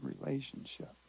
relationship